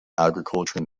agriculture